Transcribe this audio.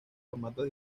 formatos